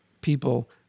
people